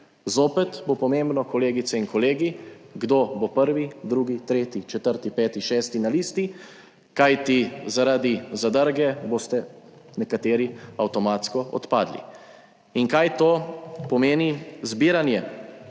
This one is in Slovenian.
Zopet bo pomembno, kolegice in kolegi, kdo bo prvi, drugi, tretji, četrti, peti, šesti na listi, kajti zaradi zadrge boste nekateri avtomatsko odpadli. In kaj to pomeni, zbiranje